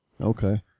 Okay